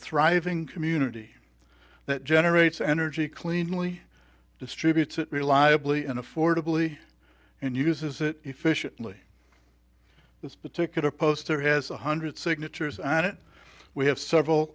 thriving community that generates energy cleanly distributes it reliably and affordably and uses it efficiently this particular poster has one hundred signatures on it we have several